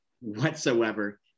whatsoever